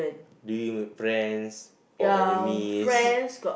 do you have friends or enemies